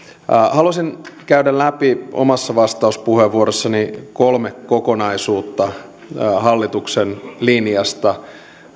haluaisin käydä läpi omassa vastauspuheenvuorossani kolme kokonaisuutta hallituksen linjasta